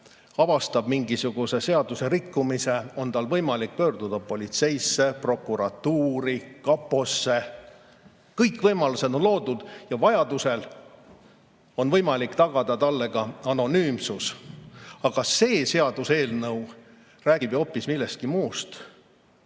avastab mingisuguse seadusrikkumise, on tal võimalik pöörduda politseisse, prokuratuuri või kaposse. Kõik võimalused on loodud. Vajadusel on võimalik tagada talle ka anonüümsus. Aga see seaduseelnõu räägib ju hoopis millestki muust.